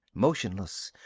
motionless,